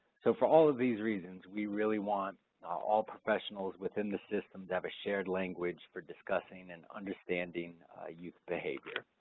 so for all of these reasons, we really want all professionals within the system to have a shared language for discussing and understanding youth behavior.